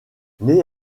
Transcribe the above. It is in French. née